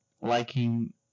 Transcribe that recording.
liking